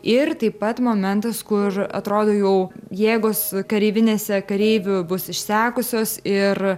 ir taip pat momentas kur atrodo jau jėgos kareivinėse kareivių bus išsekusios ir